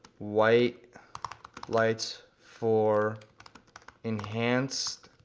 white lights for enhanced